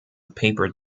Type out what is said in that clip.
paper